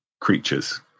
creatures